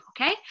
okay